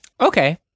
Okay